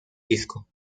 disco